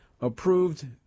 approved